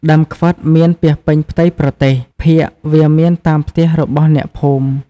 ដើមខ្វិតមានពាសពេញផ្ទៃប្រទេស ភាគវាមានតាមផ្ទះរបស់អ្នកភូមិ។